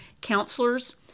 counselors